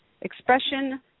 expression